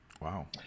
Wow